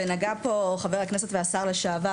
ונגע פה חבר הכנסת והשר לשעבר,